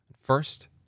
First